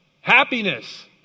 Happiness